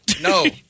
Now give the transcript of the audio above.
No